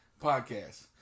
podcast